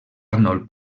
arnold